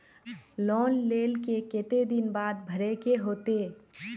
Loan लेल के केते दिन बाद भरे के होते?